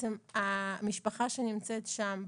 המשפחה שנמצאת שם בטיפול,